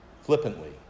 flippantly